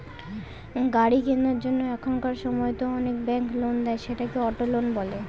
গাড়ি কেনার জন্য এখনকার সময়তো অনেক ব্যাঙ্ক লোন দেয়, সেটাকে অটো লোন বলে